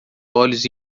olhos